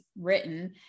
written